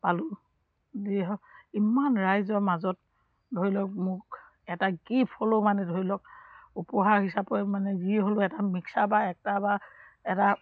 পালোঁ যি হওক ইমান ৰাইজৰ মাজত ধৰি লওক মোক এটা গিফ্ট হ'লেও মানে ধৰি লওক উপহাৰ হিচাপে মানে যি হ'লেও এটা মিক্সাৰ বা এটা বা এটা